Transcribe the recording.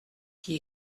qui